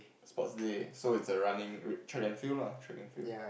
sports day so is a running wait track and field lah track and field